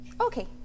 Okay